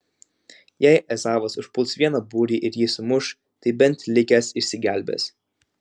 jei ezavas užpuls vieną būrį ir jį sumuš tai bent likęs išsigelbės